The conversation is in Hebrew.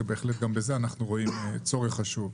ובהחלט גם בזה אנחנו רואים צורך חשוב.